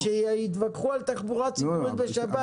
כשיתווכחו על תחבורה ציבורית בשבת,